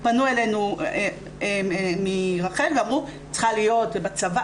פנו אלינו מרח"ל ואמרו 'היא צריכה להיות בצבא',